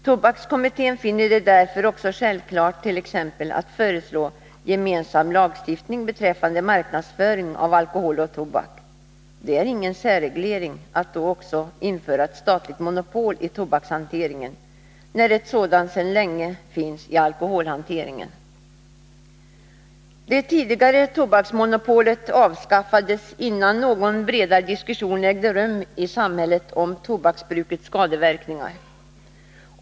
Tobakskommittén finner det därför också självklart att t.ex. föreslå gemensam lagstiftning beträffande marknadsföringen av alkohol och tobak. Det är ingen ”särreglering” att då också införa ett statligt monopol i tobakshanteringen, när ett sådant sedan länge finns i alkoholhanteringen. Det tidigare tobaksmonopolet avskaffades innan någon bredare diskussion ägt rum i samhället om tobaksbrukets skadeverkningar.